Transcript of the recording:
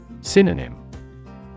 Synonym